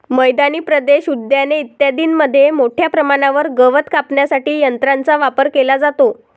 मैदानी प्रदेश, उद्याने इत्यादींमध्ये मोठ्या प्रमाणावर गवत कापण्यासाठी यंत्रांचा वापर केला जातो